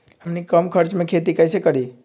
हमनी कम खर्च मे खेती कई से करी?